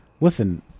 listen